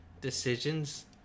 decisions